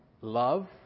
love